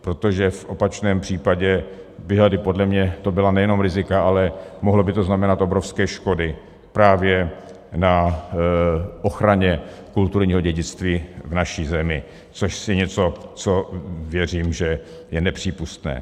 Protože v opačném případě by podle mě to byla nejenom rizika, ale mohlo by to znamenat obrovské škody právě na ochraně kulturního dědictví v naší zemi, což věřím, že je nepřípustné.